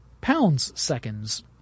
pounds-seconds